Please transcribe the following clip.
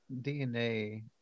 DNA